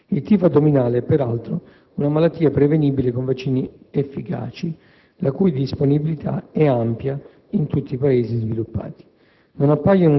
Il tifo addominale è, peraltro, una malattia prevenibile con vaccini efficaci, la cui disponibilità è ampia in tutti i Paesi sviluppati.